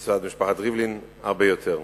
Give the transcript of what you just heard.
מצד משפחת ריבלין הרבה יותר.